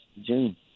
June